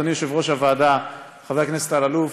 אדוני יושב-ראש הוועדה חבר הכנסת אלאלוף,